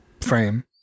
frame